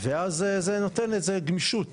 ואז זה נותן איזו גמישות,